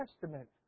Testament